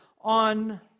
on